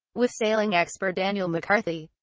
with sailing expert daniel mccarthy,